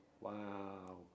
wow